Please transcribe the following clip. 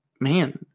man